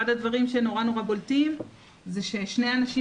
אחד הדברים שנורא נורא בולטים זה ששני אנשים